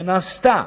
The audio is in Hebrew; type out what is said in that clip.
שנעשתה,